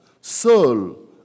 soul